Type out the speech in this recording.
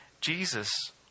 Jesus